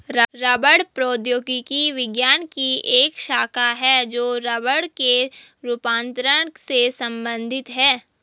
रबड़ प्रौद्योगिकी विज्ञान की एक शाखा है जो रबड़ के रूपांतरण से संबंधित है